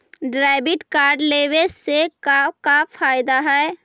Debit card लेवे से का का फायदा है?